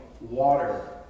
water